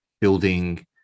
building